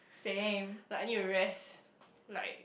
like I need to rest like